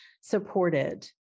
supported